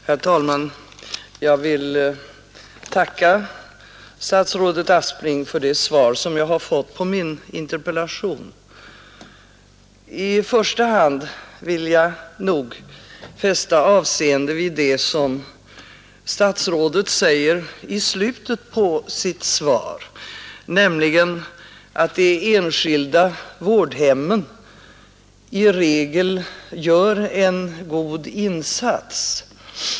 Herr talman! Jag tackar statsrådet Aspling för det svar som jag har fått på min interpellation. I första hand vill jag nog fästa avseende vid det som statsrådet säger i slutet på sitt svar, nämligen att de enskilda vårdhemmen i regel gör en god insats.